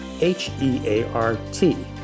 H-E-A-R-T